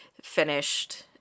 finished